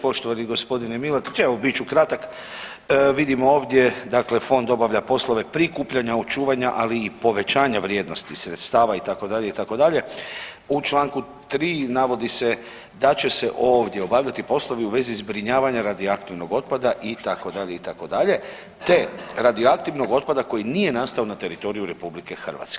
Poštovani gospodine Milatić, evo bit ću kratak vidimo ovdje dakle fond obavlja poslove prikupljanja, očuvanja ali i povećanja vrijednosti sredstava itd., itd., u Članku 3. navodi se da će se ovdje obavljati poslovi u vezi zbrinjavanja radioaktivnog otpada itd., itd., te radioaktivnog otpada koji nije nastao na teritoriju RH.